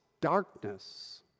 darkness